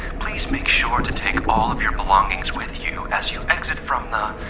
please make sure to take all of your belongings with you as you exit from the,